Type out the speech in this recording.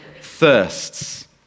thirsts